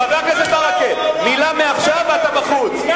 חבר הכנסת ברכה, מעכשיו, מלה, ואתה בחוץ.